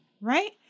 right